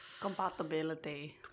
Compatibility